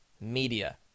media